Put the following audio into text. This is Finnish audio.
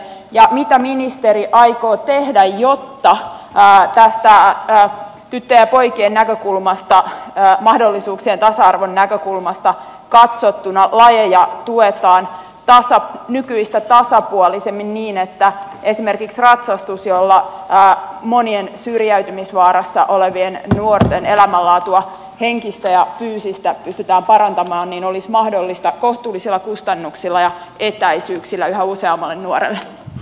mitä ministeri aikoo tehdä jotta tästä tyttöjen ja poikien näkökulmasta mahdollisuuksien tasa arvon näkökulmasta katsottuna lajeja tuetaan nykyistä tasapuolisemmin niin että esimerkiksi ratsastus jolla monien syrjäytymisvaarassa olevien nuorten elämänlaatua henkistä ja fyysistä pystytään parantamaan olisi mahdollista kohtuullisilla kustannuksilla ja etäisyyksillä yhä useammalle nuorelle